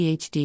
PhD